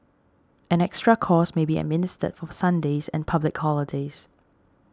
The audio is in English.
an extra cost may be administered for Sundays and public holidays